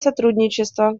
сотрудничества